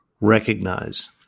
recognize